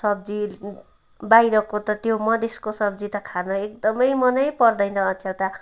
सब्जी बाहिरको त त्यो मधेसको सब्जी त खान एकदमै मनै पर्दैन अचेल त